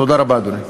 תודה רבה, אדוני.